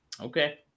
Okay